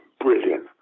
Brilliant